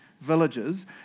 villages